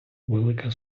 велика